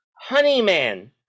Honeyman